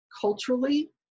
culturally